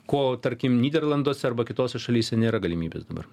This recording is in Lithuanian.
ko tarkim nyderlanduose arba kitose šalyse nėra galimybės dabar